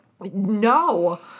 No